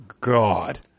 God